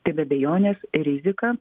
tai be abejonės rizika